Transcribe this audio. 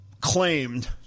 claimed